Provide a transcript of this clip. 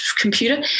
computer